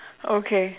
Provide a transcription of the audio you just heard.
okay